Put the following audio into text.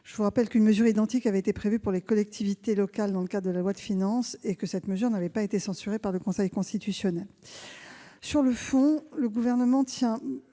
Je vous rappelle qu'une mesure identique avait été prévue pour les collectivités locales dans le cadre de la loi de finances et qu'elle n'avait pas été censurée par le Conseil constitutionnel. Sur le fond, le Gouvernement tient